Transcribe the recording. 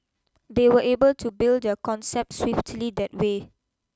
they were able to build their concept swiftly that way